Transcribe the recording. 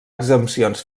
exempcions